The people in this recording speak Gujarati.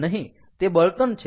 નહિ તે બળતણ છે